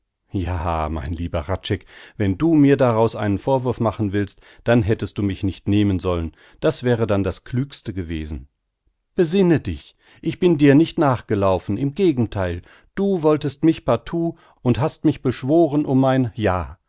ja mein lieber hradscheck wenn du mir daraus einen vorwurf machen willst dann hättest du mich nicht nehmen sollen das wäre dann das klügste gewesen besinne dich ich bin dir nicht nachgelaufen im gegentheil du wolltest mich partout und hast mich beschworen um mein ja